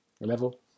level